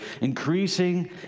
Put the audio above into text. increasing